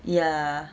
ya